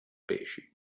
pesci